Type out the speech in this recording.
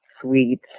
sweet